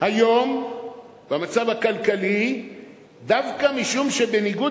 "היום במצב הכלכלי דווקא משום שבניגוד